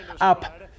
up